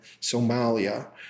Somalia